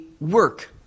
work